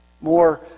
more